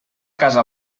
casa